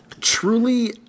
Truly